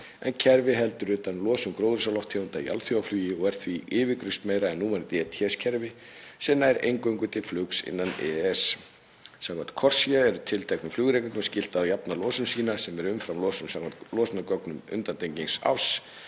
en kerfið heldur utan um losun gróðurhúsalofttegunda í alþjóðaflugi og er því yfirgripsmeira en núverandi ETS-kerfi sem nær eingöngu til flugs innan EES. Samkvæmt CORSIA er tilteknum flugrekendum skylt að jafna losun sína sem er umfram losun samkvæmt losunargögnum undangengins árs